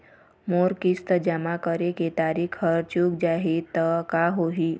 मोर किस्त जमा करे के तारीक हर चूक जाही ता का होही?